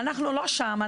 אנחנו לא שם,